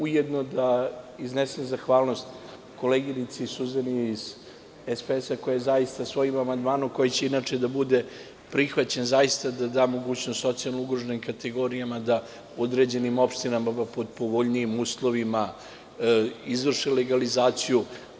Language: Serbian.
Ujedno bih da iznesem zahvalnost koleginici Suzani Spasojević, koja će zaista svojim amandmanom, koji će inače da bude prihvaćen, da da mogućnost socijalno ugroženim kategorijama da u određenim opštinama pod povoljnijim uslovima izvrše legalizaciju.